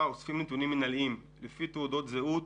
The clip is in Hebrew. אוספים נתונים מינהליים לפי תעודות זהות.